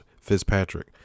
Fitzpatrick